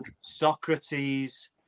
Socrates